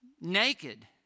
naked